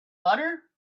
butter